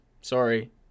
Sorry